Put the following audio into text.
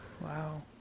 Wow